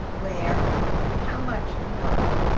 where and how much to work.